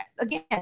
again